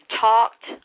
talked